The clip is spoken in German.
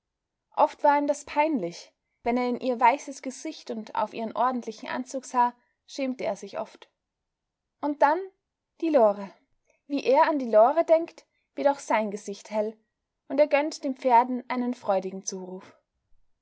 oft war ihm das peinlich wenn er in ihr weißes gesicht und auf ihren ordentlichen anzug sah schämte er sich oft und dann die lore wie er an die lore denkt wird auch sein gesicht hell und er gönnt den pferden einen freudigen zuruf